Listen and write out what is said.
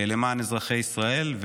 למען אזרחי ישראל.